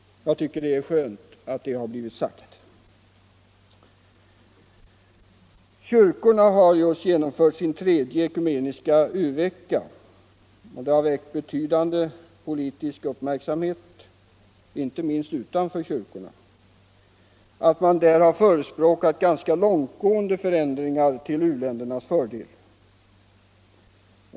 Det är skönt att det har blivit sagt. Kyrkorna har just genomfört sitt tredje ekumeniska u-vecka. Det har väckt betydande politisk uppmärksamhet, inte minst utanför kyrkorna, att man där förespråkat ganska långtgående förändringar till u-ländernas fördel.